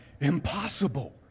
impossible